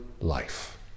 life